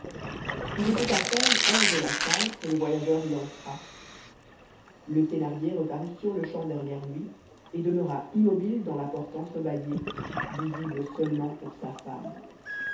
il était à peine hors de la salle que le voyageur y entra le thénardier reparut sur-le-champ derrière lui et demeura immobile dans la porte entre-bâillée visible seulement pour sa femme